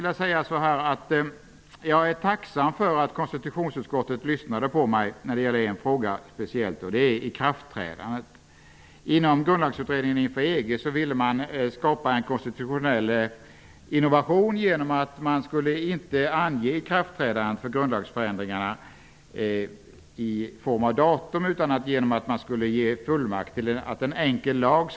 Jag är tacksam för att konstitutionsutskottet har lyssnat på mig när det gäller frågan om ikraftträdande. Inom Grundlagsutredningen inför EG ville man skapa en konstitutionell innovation så till vida att ikraftträdandet av grundlagsförändringarna inte skulle anges i form av datum utan i stället med hjälp av en enkel lag.